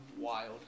wild